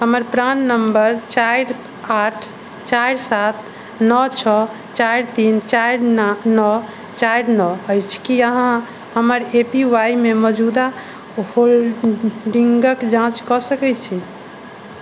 हमर प्राण नम्बर चारि आठ चारि सात नओ छओ चारि तीन चारि नओ चारि नओ अछि की अहाँ हमर ए पी वाईमे मौजूदा होल्डिङ्गके जाँच कऽ सकैत छी